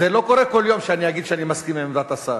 זה לא קורה כל יום שאני אגיד שאני מסכים לעמדת השר.